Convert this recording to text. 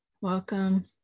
Welcome